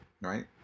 Right